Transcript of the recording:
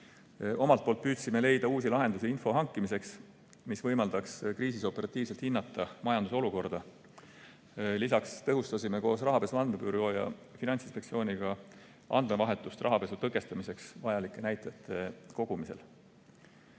Omalt poolt püüdsime leida uusi lahendusi info hankimiseks, mis võimaldaks kriisis operatiivselt hinnata majanduse olukorda. Lisaks tõhustasime koos Rahapesu Andmebüroo ja Finantsinspektsiooniga andmevahetust rahapesu tõkestamiseks vajalike näitajate kogumisel.